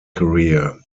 career